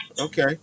okay